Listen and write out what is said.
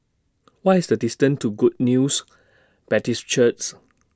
What IS The distance to Good News Baptist Churches